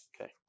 Okay